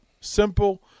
simple